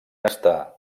estar